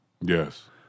Yes